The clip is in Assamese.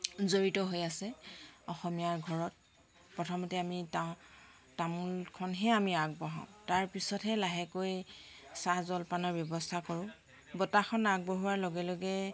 জড়িত হৈ আছে অসমীয়াৰ ঘৰত প্ৰথমতেই আমি তা তামোলখনহে আমি আগবঢ়াওঁ তাৰপিছতহে লাহেকৈ চাহ জলপানৰ ব্যৱস্থা কৰোঁ বঁটাখন আগবঢ়োৱাৰ লগে লগে